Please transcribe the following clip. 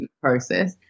process